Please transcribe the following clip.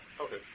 Okay